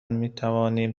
میتوانیم